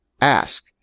Ask